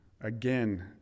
Again